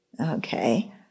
okay